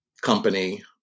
company